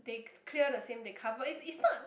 they clear the same they cover it's it's not